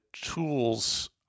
tools